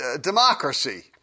democracy